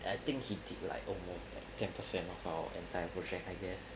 I think he did like almost ten percent of our entire project I guess